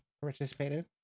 participated